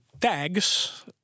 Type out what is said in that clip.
tags